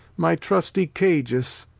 my trusty cajus,